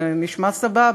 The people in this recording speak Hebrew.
זה נשמע סבבה,